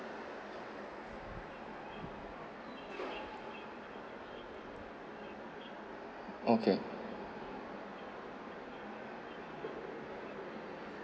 okay